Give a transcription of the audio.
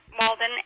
Walden